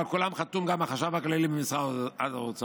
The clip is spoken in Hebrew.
ועל כולם חתום גם החשב הכללי במשרד האוצר.